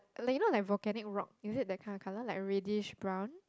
like you know like volcanic rock is it that kind of colour like reddish brown